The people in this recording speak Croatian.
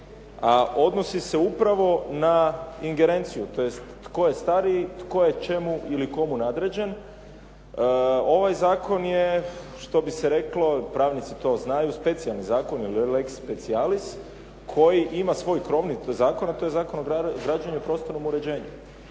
a odnosi se upravo na ingerenciju, tj. Tko je stariji, tko je čemu ili komu nadređen, ovaj zakon je što bi se reklo, pravnici to znaju specijalni zakon ili lex specialis koji ima svoj krovni zakon, a to je Zakon o građenju i prostornom uređenju.